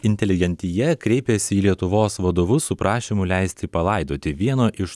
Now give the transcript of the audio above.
inteligentija kreipėsi į lietuvos vadovus su prašymu leisti palaidoti vieno iš